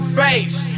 face